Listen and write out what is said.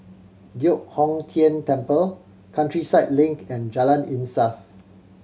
Giok Hong Tian Temple Countryside Link and Jalan Insaf